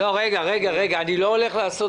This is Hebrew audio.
אני אתן לכם קצת